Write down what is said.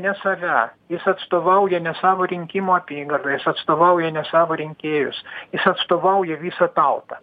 ne save jis atstovauja ne savo rinkimų apygardą jis atstovauja ne savo rinkėjus jis atstovauja visą tautą